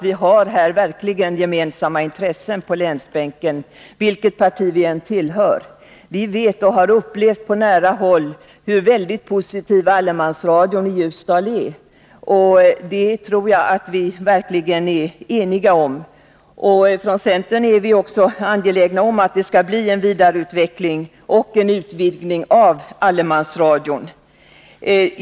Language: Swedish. Vi har här verkligen gemensamma intressen på Gävleborgsbänken, vilket parti vi än tillhör. Vi har upplevt på nära håll hur väldigt positiv allemansradion i Ljusdal är — det tror jag att vi alla är eniga om. Från centern är vi också angelägna om att det skall bli en vidareutveckling och en utvidgning av allemansradion.